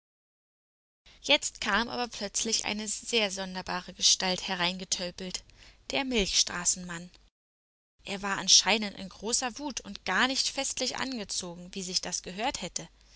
jetzt kam aber plötzlich eine sehr sonderbare gestalt hereingetölpelt der milchstraßenmann er war anscheinend in großer wut und gar nicht festlich angezogen wie sich das gehört hätte